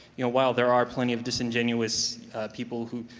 you know, while there are plenty of disingenuous people who,